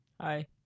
Hi